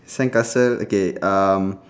sandcastle okay um